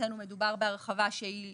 מבחינתנו מדובר בהרחבה שהיא